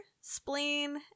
Spleen